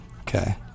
Okay